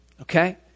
Okay